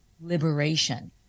liberation